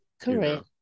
Correct